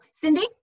Cindy